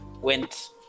went